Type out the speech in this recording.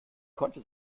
konnte